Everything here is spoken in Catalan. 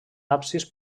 absis